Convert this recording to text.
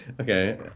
Okay